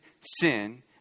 sin